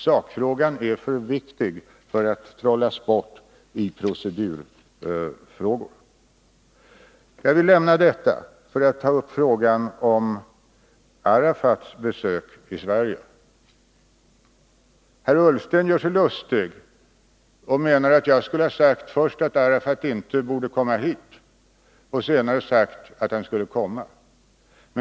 Sakfrågan är allför viktig för att trollas bort i procedurfrågor. Jag vill lämna detta för att ta upp frågan om Arafats besök i Sverige. Herr Ullsten gör sig lustig och menar att jag först skulle ha sagt att Arafat inte borde komma hit och senare sagt att han skulle komma.